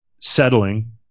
settling